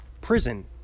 prison